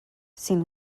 sin